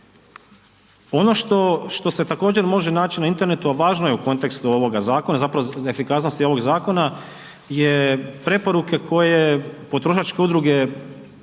što, što se također može naći na internetu, a važno je u kontekstu ovoga zakona, zapravo za efikasnosti ovog zakona je preporuke koje potrošačke udruge